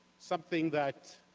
something that